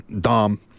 Dom